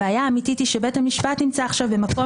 הבעיה האמיתית היא שבית המשפט נמצא עכשיו במקום